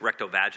rectovaginal